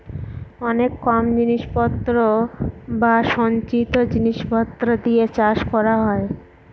অনেক কম জিনিস পত্র বা সঞ্চিত জিনিস পত্র দিয়ে চাষ করা হয়